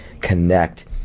connect